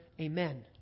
Amen